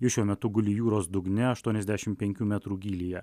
ir šiuo metu guli jūros dugne aštuoniasdešimt penkių metrų gylyje